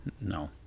no